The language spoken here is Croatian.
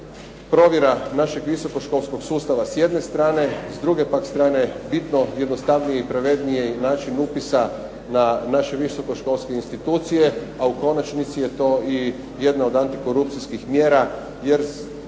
provjera našeg visokoškolskog sustava s jedne strane, s druge pak strane bitno jednostavnije i pravednije i način upisa na naše visokoškolske institucije, a u konačnici je to i jedna od antikorupcijskih mjera,